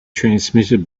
transmitted